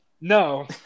No